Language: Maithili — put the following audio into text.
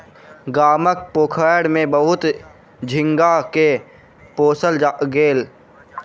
गामक पोखैर में बहुत झींगा के पोसल गेल